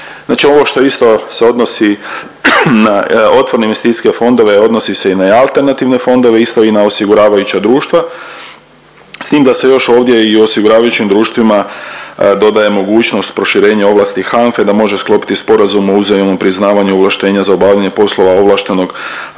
ovo što je isto se odnosi na otvorene investicijske fondove, odnosi se i na alternativne fondove, isto i na osiguravajuća društva, s tim da se još ovdje i u osiguravajućim društvima dodaje mogućnost proširenja ovlasti HANFA-e da može sklopiti sporazum o uzajamnom priznavanju ovlaštenja za obavljanje poslova ovlaštenog aktuara